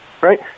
right